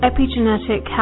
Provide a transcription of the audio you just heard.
Epigenetic